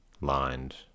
lined